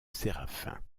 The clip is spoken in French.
séraphin